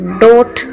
dot